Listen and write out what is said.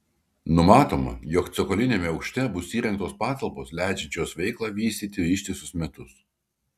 numatoma jog cokoliniame aukšte bus įrengtos patalpos leidžiančios veiklą vystyti ištisus metus